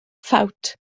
ffawt